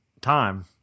time